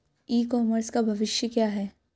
ई commerce का भविष्य क्या है?